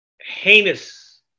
heinous